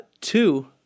Two